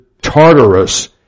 Tartarus